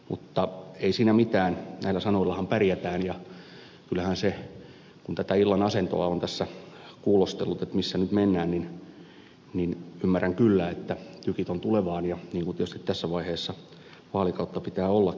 mutta ei siinä mitään näillä sanoillahan pärjätään ja kun tätä illan asentoa on kuulostellut missä nyt mennään niin ymmärrän kyllä että tykit ovat tulevaan päin niin kuin tietysti tässä vaiheessa vaalikautta pitää ollakin